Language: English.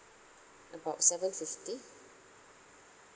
about seven fifty